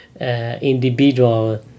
individual